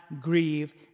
grieve